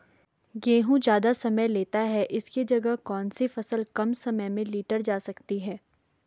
गेहूँ ज़्यादा समय लेता है इसकी जगह कौन सी फसल कम समय में लीटर जा सकती है?